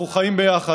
אנחנו חיים ביחד.